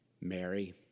Mary